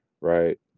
right